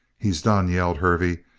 he's done! yelled hervey,